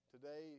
Today